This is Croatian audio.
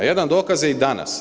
Jedan dokaz je i danas.